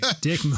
dick